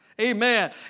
amen